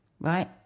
right